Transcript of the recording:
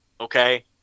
okay